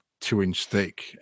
Two-inch-thick